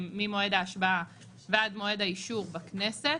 ממועד ההשבעה ועד מועד האישור בכנסת.